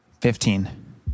Fifteen